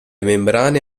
membrane